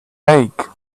lake